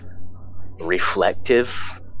reflective